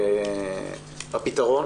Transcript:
הפתרון